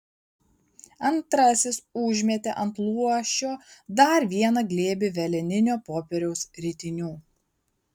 antrasis užmetė ant luošio dar vieną glėbį veleninio popieriaus ritinių